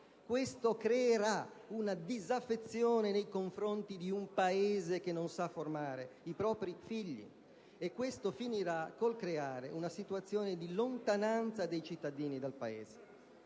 Questo creerà una disaffezione nei confronti di un Paese che non sa formare i propri figli e finirà con il creare una situazione di lontananza dei cittadini dal Paese.